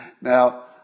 Now